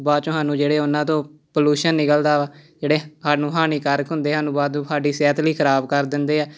ਅਤੇ ਬਾਅਦ 'ਚੋਂ ਸਾਨੂੰ ਜਿਹੜੇ ਉਹਨਾਂ ਤੋਂ ਪੋਲਿਊਸ਼ਨ ਨਿਕਲਦਾ ਵਾ ਜਿਹੜੇ ਸਾਨੂੰ ਹਾਨੀਕਾਰਕ ਹੁੰਦੇ ਹਨ ਵਾਧੂ ਸਾਡੀ ਸਿਹਤ ਲਈ ਖਰਾਬ ਕਰ ਦਿੰਦੇ ਆ